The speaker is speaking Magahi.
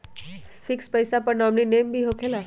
फिक्स पईसा पर नॉमिनी नेम भी होकेला?